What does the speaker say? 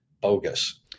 bogus